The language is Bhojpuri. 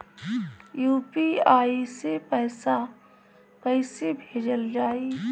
यू.पी.आई से पैसा कइसे भेजल जाई?